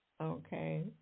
Okay